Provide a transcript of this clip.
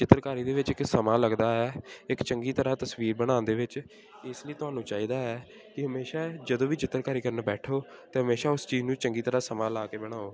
ਚਿੱਤਰਕਾਰੀ ਦੇ ਵਿੱਚ ਇੱਕ ਸਮਾਂ ਲੱਗਦਾ ਹੈ ਇੱਕ ਚੰਗੀ ਤਰ੍ਹਾਂ ਤਸਵੀਰ ਬਣਾਉਣ ਦੇ ਵਿੱਚ ਇਸ ਲਈ ਤੁਹਾਨੂੰ ਚਾਹੀਦਾ ਹੈ ਕਿ ਹਮੇਸ਼ਾ ਜਦੋਂ ਵੀ ਚਿੱਤਰਕਾਰੀ ਕਰਨ ਬੈਠੋ ਤਾਂ ਹਮੇਸ਼ਾ ਉਸ ਚੀਜ਼ ਨੂੰ ਚੰਗੀ ਤਰ੍ਹਾਂ ਸਮਾਂ ਲਾ ਕੇ ਬਣਾਓ